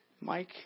Mike